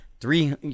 three